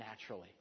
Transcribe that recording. naturally